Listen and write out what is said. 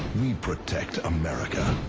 we protect america.